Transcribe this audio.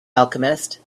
alchemist